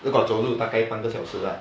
如果走路大概半个小时 lah